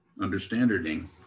Understanding